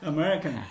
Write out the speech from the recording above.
American